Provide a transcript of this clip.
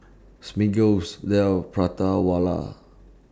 Smiggle's Dell Prata Wala